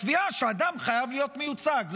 הקביעה שאדם חייב להיות מיוצג,